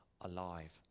alive